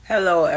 Hello